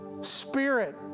spirit